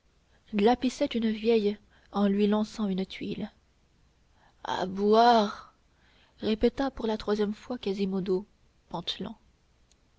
glapissait une vieille en lui lançant une tuile à boire répéta pour la troisième fois quasimodo pantelant